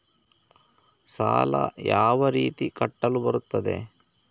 ಸಾಲ ಯಾವ ರೀತಿ ಕಟ್ಟಲು ಬರುತ್ತದೆ?